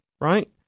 right